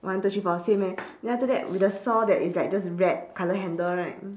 one two three four same eh then after that with the saw that is like just red colour handle right